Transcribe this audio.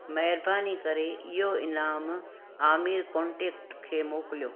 महिरबानी करे इहो इनाम आमिर कोन्टेक्ट खे मोकिलियो